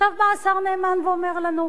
עכשיו בא השר נאמן ואומר לנו,